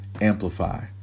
Amplify